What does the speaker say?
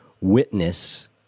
witness